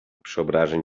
przeobrażeń